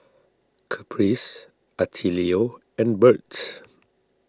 Caprice Attilio and Bert